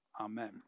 Amen